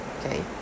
okay